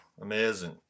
Amazing